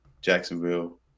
Jacksonville